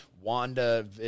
Wanda